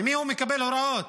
ממי הוא מקבל הוראות?